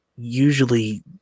usually